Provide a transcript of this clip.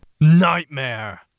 Nightmare